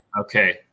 Okay